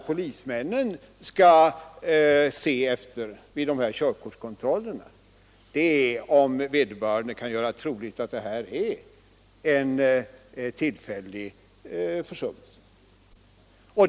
Polismännen skall vid körkortskontroll undersöka om vederbörande förare kan göra troligt att det är en tillfällig försummelse.